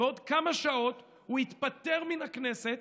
בעוד כמה שעות הוא יתפטר מהכנסת